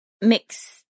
mix